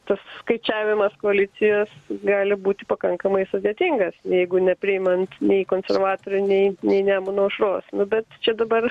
tas skaičiavimas koalicijos gali būti pakankamai sudėtingas jeigu nepriimant nei konservatorių nei nei nemuno aušros bet čia dabar